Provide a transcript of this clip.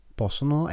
possono